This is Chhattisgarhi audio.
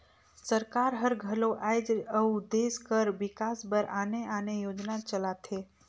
सरकार हर घलो राएज अउ देस कर बिकास बर आने आने योजना चलाथे